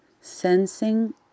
sensing